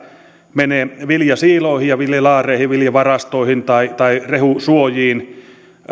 menee viljasiiloihin ja viljalaareihin viljavarastoihin tai tai rehusuojiin